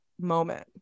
moment